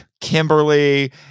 Kimberly